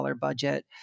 budget